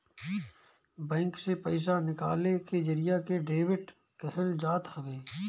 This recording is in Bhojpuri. बैंक से पईसा निकाले के जरिया के डेबिट कहल जात हवे